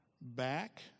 Back